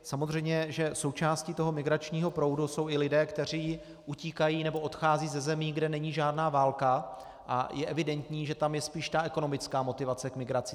Samozřejmě že součástí toho migračního proudu jsou i lidé, kteří utíkají nebo odcházejí ze zemí, kde není žádná válka a je evidentní, že je tam spíš ta ekonomická motivace k migraci.